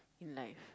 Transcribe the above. in life